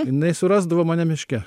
jinai surasdavo mane miške